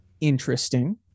Interesting